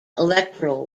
electoral